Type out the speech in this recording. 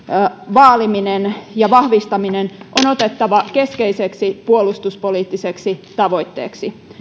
vaaliminen ja vahvistaminen on otettava keskeiseksi puolustuspoliittiseksi tavoitteeksi